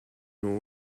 nur